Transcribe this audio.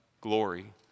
glory